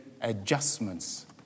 adjustments